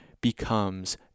becomes